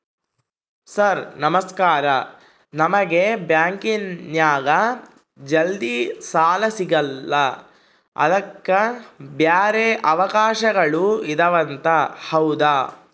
Sir ನಮಸ್ಕಾರ ನಮಗೆ ಬ್ಯಾಂಕಿನ್ಯಾಗ ಜಲ್ದಿ ಸಾಲ ಸಿಗಲ್ಲ ಅದಕ್ಕ ಬ್ಯಾರೆ ಅವಕಾಶಗಳು ಇದವಂತ ಹೌದಾ?